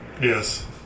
Yes